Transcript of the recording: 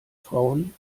frauen